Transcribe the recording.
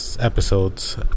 episodes